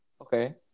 Okay